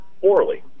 poorly